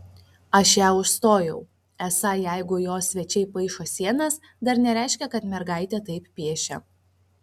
aš ją užstojau esą jeigu jo svečiai paišo sienas dar nereiškia kad mergaitė taip piešia